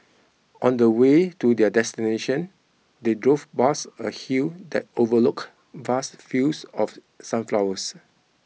on the way to their destination they drove past a hill that overlook vast fields of sunflowers